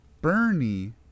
Bernie